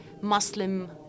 Muslim